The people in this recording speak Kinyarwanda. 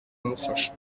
kumufasha